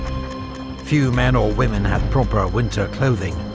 few men or women had proper winter clothing,